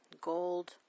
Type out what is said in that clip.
gold